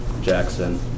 Jackson